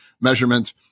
measurement